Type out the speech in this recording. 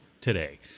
today